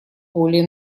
более